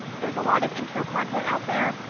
there's a lot of intro content out there,